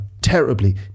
terribly